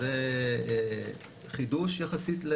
שזה חידוש יחסית.